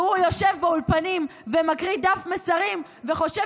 והוא יושב באולפנים ומקריא דף מסרים וחושב